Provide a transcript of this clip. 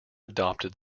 adopted